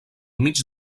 mig